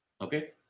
Okay